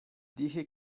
dije